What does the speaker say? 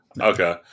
Okay